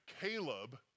Caleb